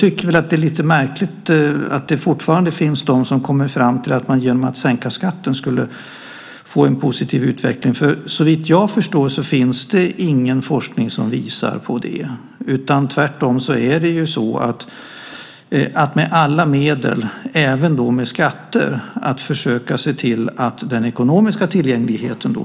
Det känns lite märkligt att det fortfarande finns de som kommer fram till att vi genom att sänka skatten skulle få en positiv utveckling. Såvitt jag förstår finns det ingen forskning som visar på det. Tvärtom måste vi med alla medel, även med skatter, försöka se till den ekonomiska tillgängligheten.